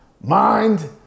mind